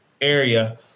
area